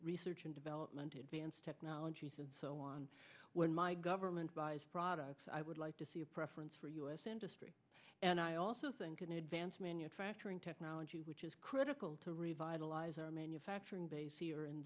research and development advanced technologies and so on when my government buys products i would like to see a preference for u s industry and i also think an advanced manufacturing technology which is critical to revitalize our manufacturing base here in